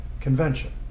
Convention